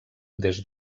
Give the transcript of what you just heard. des